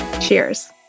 Cheers